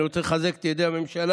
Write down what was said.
אני רוצה לחזק את ידי הממשלה,